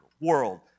world